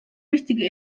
wichtige